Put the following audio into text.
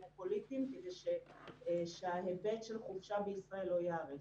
או פוליטיים כדי שההיבט של חופשה בישראל לא ייהרס.